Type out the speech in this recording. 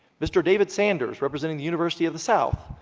mr. david sanders, representing the university of the south,